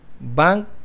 bank